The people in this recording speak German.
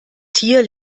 tier